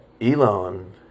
Elon